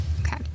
Okay